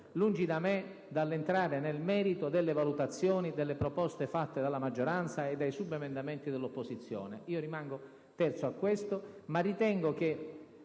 Lungi da me dall'entrare nel merito delle valutazioni e delle proposte fatte dalla maggioranza e dei subemendamenti presentati dall'opposizione. Io rimango terzo nei loro confronti, ma ritengo che